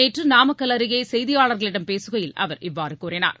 நேற்றுநாமக்கல் அருகேசெய்தியாளர்களிடம் பேசுகையில் அவர் இவ்வாறுகூறினார்